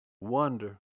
wonder